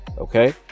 Okay